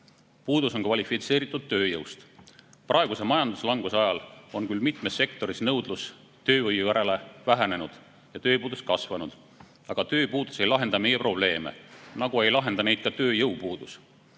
Puudus on kvalifitseeritud tööjõust. Praeguse majanduslanguse ajal on küll mitmes sektoris nõudlus tööjõu järele vähenenud ja tööpuudus kasvanud. Aga tööpuudus ei lahenda meie probleeme, nagu ei lahenda neid ka tööjõupuudus.